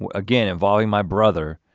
ah again involving my brother,